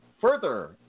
further